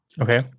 Okay